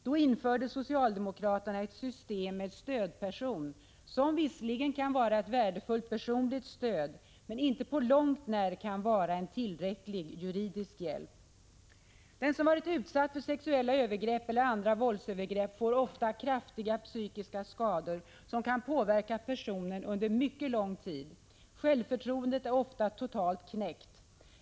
Då införde socialdemokraterna ett system med stödperson, som visserligen kan vara ett värdefullt personligt stöd, men inte på långt när en tillräcklig juridisk hjälp. Den som varit utsatt för sexuella övergrepp eller annat våldsövergrepp får ofta kraftiga psykiska skador som kan påverka personen under mycket lång tid. Självförtroendet är oftast totalt knäckt.